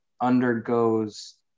undergoes